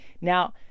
Now